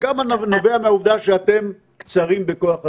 וכמה נובע מהעובדה שאתם קצרים בכוח אדם?